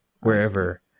wherever